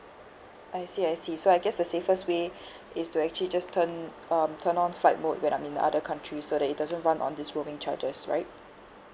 I see I see so I guess the safest way is to actually just turn um turn on flight mode when I'm in other country so that it doesn't run on this roaming charges right